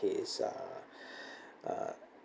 he is uh uh